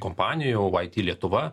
kompanijų vaity lietuva